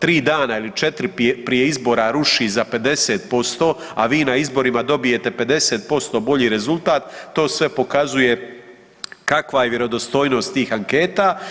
3 dana ili 4 prije izbora ruši za 50%, a vi na izborima dobijete 50% bolji rezultat to sve pokazuje kakva je vjerodostojnost tih anketa.